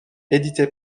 édité